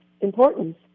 importance